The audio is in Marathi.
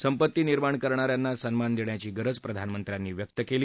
संपत्ती निर्माण करणाऱ्यांना सन्मान देण्याची गरज प्रधानमंत्र्यांनी व्यक्त केली